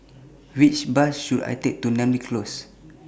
Which Bus should I Take to Namly Close